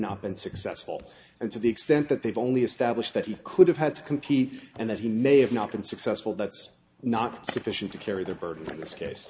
not been successful and to the extent that they've only established that he could have had to compete and that he may have not been successful that's not sufficient to carry the burden from this case